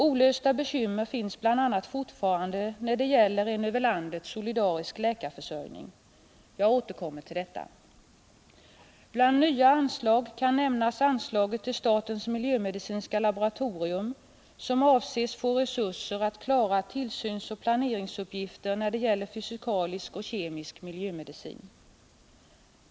Olösta bekymmer finns bl.a. fortfarande när det gäller en över landet solidarisk läkarförsörjning. Jag återkommer till detta. Bland nya anslag kan nämnas anslaget till statens miljömedicinska laboratorium, som avses få resurser för att klara tillsynsoch planeringsuppgifter när det gäller fysikalisk och kemisk miljömedicin.